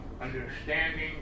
understanding